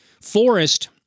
forest